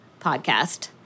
podcast